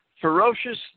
ferocious